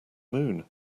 moon